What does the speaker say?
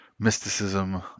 mysticism